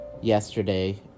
Yesterday